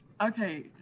Okay